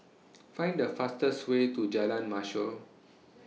Find The fastest Way to Jalan Mashor